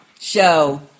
show